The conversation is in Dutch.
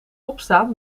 opstaan